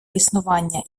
існування